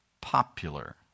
popular